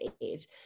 age